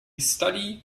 study